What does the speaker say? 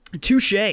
touche